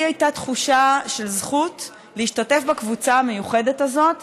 לי הייתה תחושה של זכות להשתתף בקבוצה המיוחדת הזאת